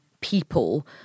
people